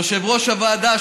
יושב-ראש הוועדה,